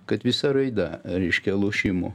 kad visa raida reiškia lošimų